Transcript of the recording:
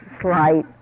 slight